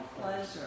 pleasure